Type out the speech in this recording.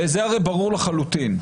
וזה הרי ברור לחלוטין,